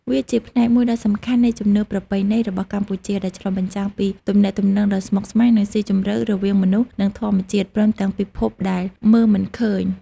វាជាផ្នែកមួយដ៏សំខាន់នៃជំនឿប្រពៃណីរបស់កម្ពុជា ដែលឆ្លុះបញ្ចាំងពីទំនាក់ទំនងដ៏ស្មុគស្មាញ និងស៊ីជម្រៅរវាងមនុស្ស និងធម្មជាតិ ព្រមទាំងពិភពដែលមើលមិនឃើញ។